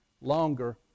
longer